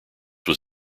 was